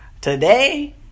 today